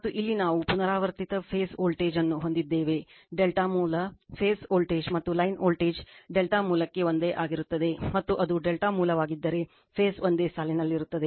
ಮತ್ತು ಇಲ್ಲಿ ನಾವು ಪುನರಾವರ್ತಿತ ಫೇಸ್ ವೋಲ್ಟೇಜ್ ಅನ್ನು ಹೊಂದಿದ್ದೇವೆ ∆ ಮೂಲ ಫೇಸ್ ವೋಲ್ಟೇಜ್ ಮತ್ತು ಲೈನ್ ವೋಲ್ಟೇಜ್ ∆ ಮೂಲಕ್ಕೆ ಒಂದೇ ಆಗಿರುತ್ತದೆ ಮತ್ತು ಅದು ∆ ಮೂಲವಾಗಿದ್ದರೆ ಫೇಸ್ ಒಂದೇ ಸಾಲಿನಲ್ಲಿರುತ್ತದೆ